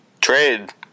trade